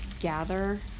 gather